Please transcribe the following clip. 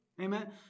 Amen